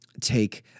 take